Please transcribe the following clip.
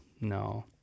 No